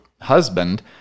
husband